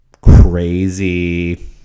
Crazy